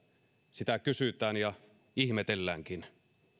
sitä kysytään ja ihmetelläänkin